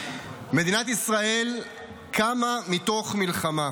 מדינת ישראל קמה מתוך מלחמה.